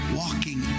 walking